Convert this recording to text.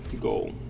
goal